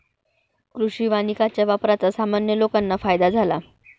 कृषी वानिकाच्या वापराचा सामान्य लोकांना फायदा झाला